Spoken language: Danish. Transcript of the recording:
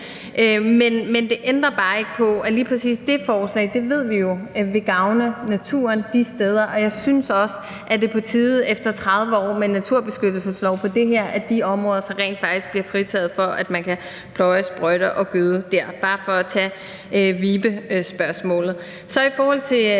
Men det ændrer bare ikke på, at lige præcis det forslag ved vi jo vil gavne naturen de steder, og jeg synes også, det er på tide efter 30 år med en naturbeskyttelseslov i forhold til det her, at de områder så rent faktisk bliver fritaget for, at man kan pløje, sprøjte og gøde dér – bare for at tage vibespørgsmålet. I forhold til